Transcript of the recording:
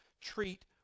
treat